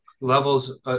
levels